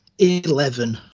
Eleven